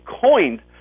coined